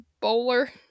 Bowler